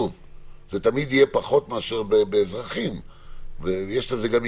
זה תמיד יהיה פחות מאשר באזרחים ויש בזה גם היגיון,